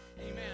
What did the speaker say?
amen